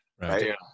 right